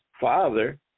father